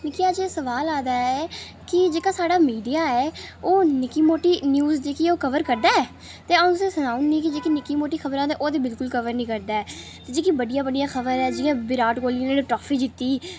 मिगी अज्ज एह् सवाल आ दा ऐ कि जेह्का साढ़ा मीडिया ऐ ओह् नि'क्की मुट्टी न्यूज़ जेह्की ओह् कवर करदा ऐ ते अ'ऊं उसी सनांऽ नी कि जेह्की नि'क्की मुट्टी खबर ऐ ओह् ते बिलकुल बी कवर निं करदा ऐ जेह्कियां बड्डियां बड्डियां खबरां जि'यां विराट कोह्ली ने ट्रॉफी जित्ती